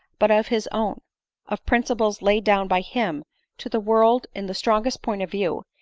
but of his own of principles laid down by him to the world in the strongest point of view,